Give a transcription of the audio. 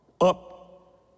Up